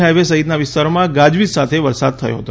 highway સહિતના વિસ્તારોમાં ગાજવીજ સાથે વરસાદ થયો હતો